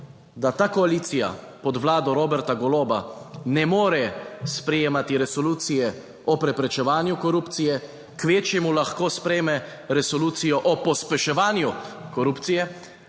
da ta koalicija pod Vlado Roberta Goloba ne more sprejemati Resolucije o preprečevanju korupcije, kvečjemu lahko sprejme Resolucijo o pospeševanju korupcije,